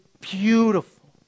beautiful